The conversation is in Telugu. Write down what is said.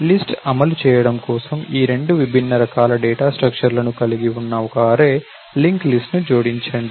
లిస్ట్ అమలు చేయడం కోసం ఈ రెండు విభిన్న రకాల డేటా స్ట్రక్చర్లను కలిగి ఉన్న ఒక అర్రే లింక్ లిస్ట్ ను జోడించండి